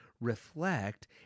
reflect